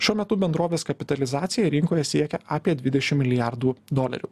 šiuo metu bendrovės kapitalizacija rinkoje siekia apie dvidešim milijardų dolerių